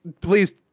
please